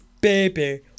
Baby